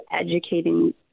educating